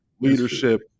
Leadership